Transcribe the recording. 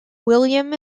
william